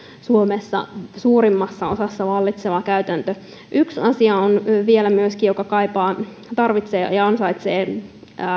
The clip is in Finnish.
suomessa suurimmassa osassa vallitseva käytäntö yksi asia myöskin vielä joka kaipaa tarvitsee ja ansaitsee